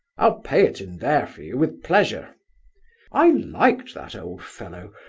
i'll pay it in there for you with pleasure i liked that old fellow,